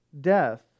Death